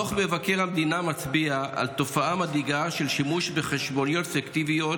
דוח מבקר המדינה מצביע על תופעה מדאיגה של שימוש בחשבוניות פיקטיביות,